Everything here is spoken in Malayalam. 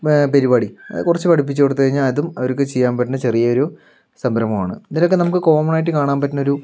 പരിപാടി അത് കുറച്ചു പഠിപ്പിച്ചു കൊടുത്തു കഴിഞ്ഞാൽ അതും അവർക്ക് ചെയ്യാൻ പറ്റുന്ന ചെറിയ ഒരു സംരംഭമാണ് ഇതിലൊക്കെ നമുക്ക് കോമൺ ആയിട്ട് കാണാൻ പറ്റുന്ന ഒരു